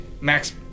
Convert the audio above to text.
Max